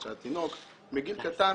מגיל קטן